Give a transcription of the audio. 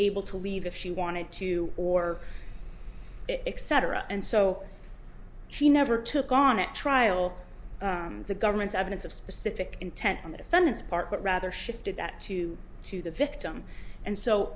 able to leave if she wanted to or except her and so she never took on a trial the government's evidence of specific intent on the defendant's part but rather shifted that to to the victim and so